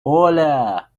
оля